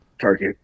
turkey